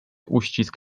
uścisk